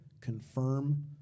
confirm